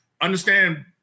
Understand